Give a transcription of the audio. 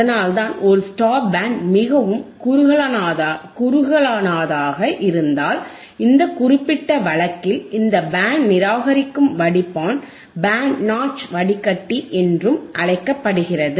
அதனால்தான் ஒரு stop band மிகவும் குறுகலானதாக இருந்தால் இந்த குறிப்பிட்ட வழக்கில் இந்த பேண்ட் நிராகரிக்கும் வடிப்பான் "பேண்ட் நாட்ச் வடிகட்டி" என்றும் அழைக்கப்படுகிறது